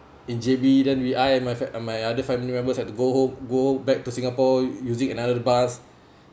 in J_B then we I and my fam~ my other family members had to home go back to singapore using another bus